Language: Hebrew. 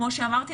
כמו שאמרתי,